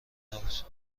نبود